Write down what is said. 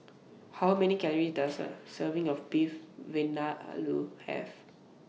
How Many Calories Does A Serving of Beef Vindaloo Have